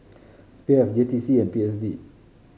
SPF J T C and P S D